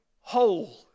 whole